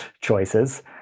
choices